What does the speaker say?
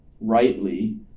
rightly